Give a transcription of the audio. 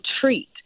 treat